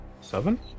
seven